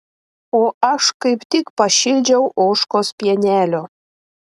o aš kaip tik pašildžiau ožkos pienelio